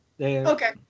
okay